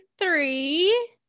three